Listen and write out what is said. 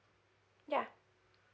ya